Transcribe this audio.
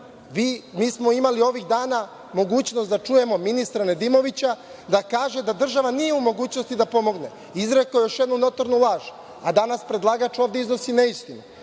Mi smo imali ovih dana mogućnost da čujemo ministra Nedimovića da kaže da država nije u mogućnosti da pomogne. Izrekao je još jednu notornu laž, a danas predlagač ovde iznosi neistine.